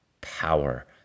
power